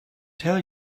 tell